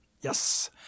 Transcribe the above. Yes